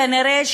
כנראה,